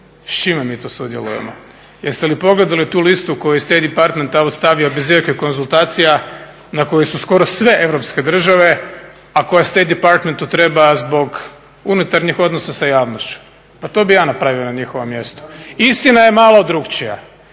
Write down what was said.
S čime mi to sudjelujemo? Jeste li pogledali tu listu koju je State department tamo stavio bez ikakvih konzultacije na koju su skoro sve europske države a koje State departmentu trebaju zbog unutarnjih odnosa sa javnošću. Pa to bih i ja napravio na njihovom mjestu. Istina je malo drukčija.